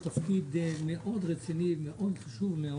זהו התפקיד רציני מאוד וחשוב מאוד.